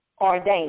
ordained